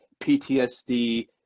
PTSD